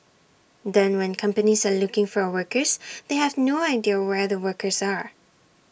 then when companies are looking for workers they have no idea where the workers are